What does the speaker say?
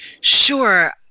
Sure